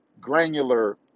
granular